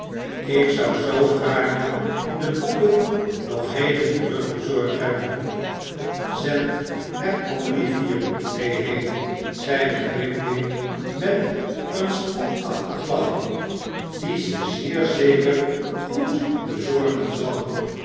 ik zou zoo gaarne de boeken nog heden terugbezorgd hebben zend er olivier mee heen zeide grimwig met een spotachtig lachje die ze zeer zeker goed bezorgen zal